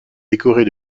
décorée